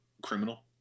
Criminal